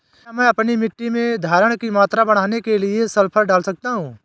क्या मैं अपनी मिट्टी में धारण की मात्रा बढ़ाने के लिए सल्फर डाल सकता हूँ?